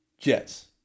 Jets